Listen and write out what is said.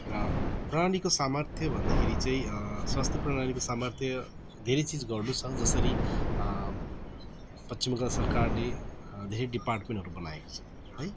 र प्रणालीको सामर्थ्य भन्दाखेरि चाहिँ स्वास्थ्य प्रणालीको सामर्थ्य धेरै चिज गर्नुछ जसरी पश्चिम बङ्गाल सरकारले धेरै डिपार्टमेन्टहरू बनाएको छ है